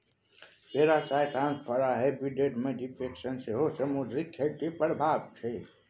parasite transfer आ habitat modification सेहो समुद्री खेतीक प्रभाब छै